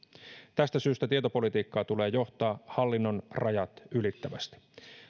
tästä syystä tietopolitiikkaa tulee johtaa hallinnonrajat ylittävästi